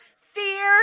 fear